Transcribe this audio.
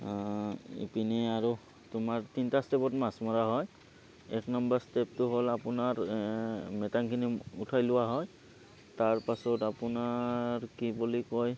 ইপিনে আৰু তোমাৰ তিনিটা ষ্টেপত মাছ মৰা হয় এক নাম্বাৰ ষ্টেপটো হ'ল আপোনাৰ মেটেংখিনি উঠাই লোৱা হয় তাৰপাছত আপোনাৰ কি বুলি কয়